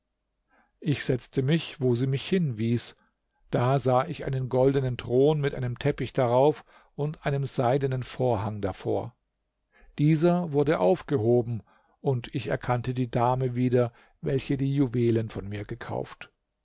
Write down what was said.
ich setzte mich wo sie mich hinwies da sah ich einen goldenen thron mit einem teppich darauf und einem seidenen vorhang davor dieser wurde aufgehoben und ich erkannte die dame wieder welche die juwelen von mir gekauft